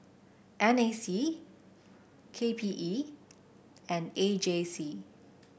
N A C K P E and A J C